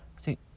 See